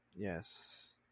Yes